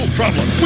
problem